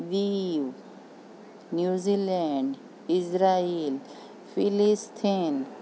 વિવ New Zealand Israel Palestine